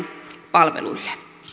palveluille